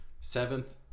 Seventh